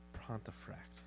Pontefract